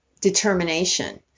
determination